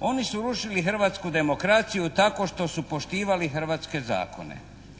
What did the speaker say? Oni su rušili hrvatsku demokraciju tako što su poštivali hrvatske zakone.